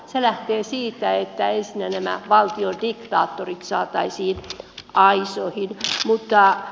se lähtee siitä että ensinnä nämä valtiodiktaattorit saataisiin aisoihin